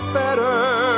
better